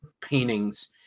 paintings